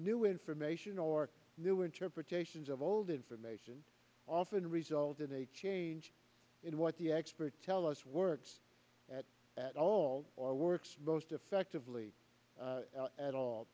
new information or new interpretations of old information often results in a change in what the experts tell us works at at all or works most effectively at all